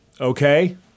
okay